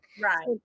Right